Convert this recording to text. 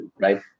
right